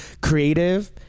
creative